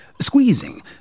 squeezing